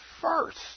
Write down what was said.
first